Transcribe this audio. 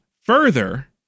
further